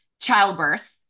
childbirth